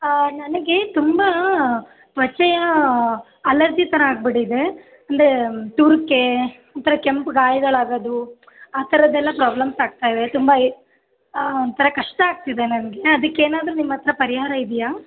ನನಗೆ ತುಂಬ ತ್ವಚೆಯ ಅಲರ್ಜಿ ಥರ ಆಗಿಬಿಟ್ಟಿದೆ ಅಂದರೆ ತುರಿಕೆ ಒಂಥರ ಕೆಂಪು ಗಾಯಗಳು ಆಗೋದು ಆ ಥರದ್ದೆಲ್ಲ ಪ್ರಾಬ್ಲಮ್ಸ್ ಆಗ್ತಾ ಇದೆ ತುಂಬ ಒಂಥರ ಕಷ್ಟ ಆಗ್ತಿದೆ ನನಗೆ ಅದಿಕ್ಕೆ ಏನಾದರೂ ನಿಮ್ಮ ಹತ್ರ ಪರಿಹಾರ ಇದೆಯಾ